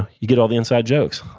you get all the inside jokes.